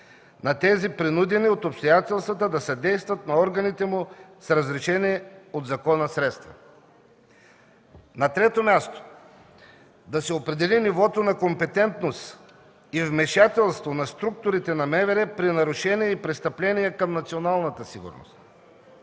на тези принудени от обстоятелствата да съдействат на органите му с разрешени от закона средства. На трето място, да се определи нивото на компетентност и вмешателство на структурите на МВР при нарушения и престъпления към националната сигурност,